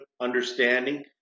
understanding